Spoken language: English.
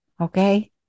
Okay